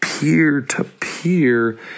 peer-to-peer